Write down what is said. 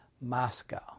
Moscow